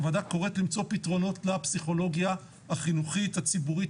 הוועדה קוראת למצוא פתרונות לפסיכולוגיה החינוכית הציבורית